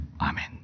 Amen